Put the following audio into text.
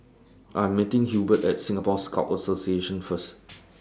I'm meeting Hubert At Singapore Scout Association First